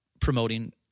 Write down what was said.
promoting